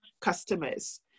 customers